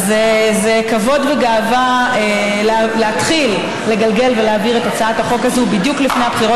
אז אני מניח ששם אתם תראו את התקנות,